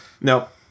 nope